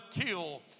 kill